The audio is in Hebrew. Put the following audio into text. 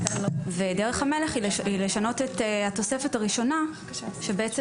דרך המלך היא לשנות את התוספת הראשונה שבעצם